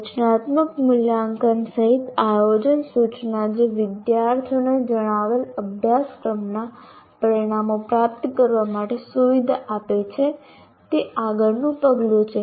રચનાત્મક મૂલ્યાંકન સહિત આયોજન સૂચના જે વિદ્યાર્થીઓને જણાવેલ અભ્યાસક્રમના પરિણામો પ્રાપ્ત કરવા માટે સુવિધા આપે છે તે આગળનું પગલું છે